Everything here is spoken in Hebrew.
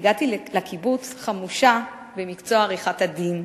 הגעתי לקיבוץ חמושה במקצוע עריכת-הדין.